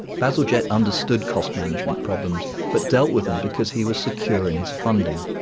bazalgette understood cost management problems but deal with them because he was secure in his funding.